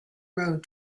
road